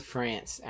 France